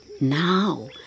Now